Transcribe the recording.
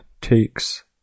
takes